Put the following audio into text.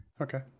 Okay